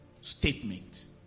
statement